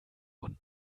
und